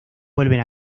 vuelven